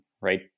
right